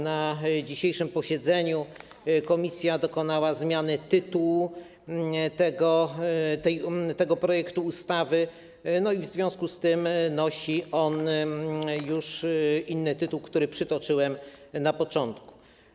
Na dzisiejszym posiedzeniu komisja dokonała zmiany tytułu tego projektu ustawy, w związku z czym nosi on już inny tytuł, który przytoczyłem na początku.